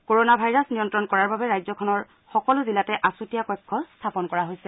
corona ভাইৰাছক নিয়ন্ত্ৰণ কৰাৰ বাবে ৰাজ্যখনৰ সকলো জিলাতে আচুতীয়া কক্ষ স্থাপন কৰা হৈছে